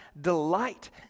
delight